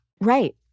Right